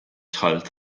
dħalt